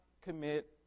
commit